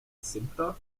simpla